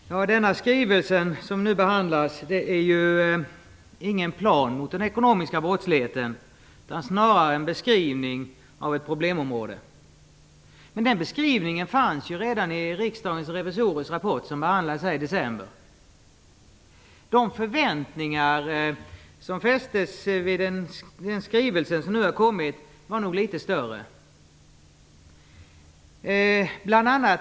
Fru talman! Den skrivelse som nu behandlas är ingen plan mot den ekonomiska brottsligheten utan snarare en beskrivning av ett problemområde. Men beskrivningen fanns ju redan i Riksdagens revisorers rapport, som behandlades av riksdagen i december. De förväntningar som fästes vid den skrivelse som nu föreligger var nog ganska stora.